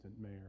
mayor